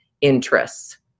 interests